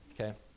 Okay